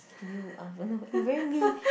you are oh no you very mean